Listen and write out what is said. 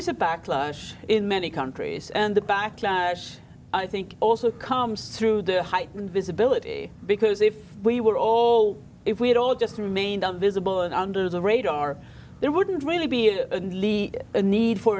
is a backlash in many countries and the backlash i think also comes through the heightened visibility because if we were all if we'd all just remained on visible and under the radar there wouldn't really be a the need for